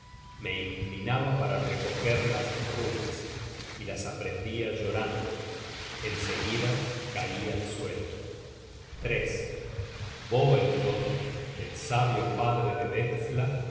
me inclinaba para recoger las runas y las aprendia llorando en seguida caí al suelo boelthorn el sabio padre de betsla